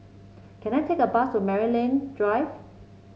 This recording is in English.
can I take a bus to Maryland Drive